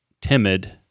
timid